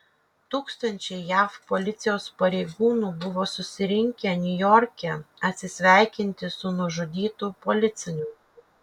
tūkstančiai jav policijos pareigūnų buvo susirinkę niujorke atsisveikinti su nužudytu policininku